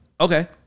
Okay